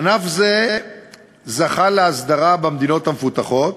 ענף זה זכה להסדרה במדינות המפותחות